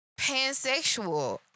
pansexual